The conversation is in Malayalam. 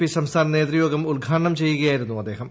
പി സംസ്ഥാന നേതൃത്വയോഗം ഉദ്ഘാടനം ചെയ്യുകയായിരുന്നു അദ്ദേഹം